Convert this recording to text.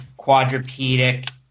quadrupedic